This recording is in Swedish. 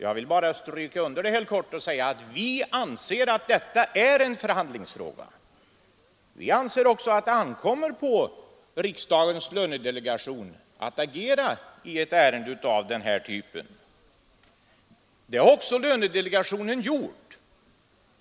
Jag vill bara stryka under det helt kort och säga att vi anser att detta är en förhandlingsfråga. Vi anser också att det ankommer på riksdagens lönedelegation att agera i ett ärende av den här typen. Det har även lönedelegationen gjort.